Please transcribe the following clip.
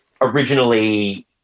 originally